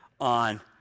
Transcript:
on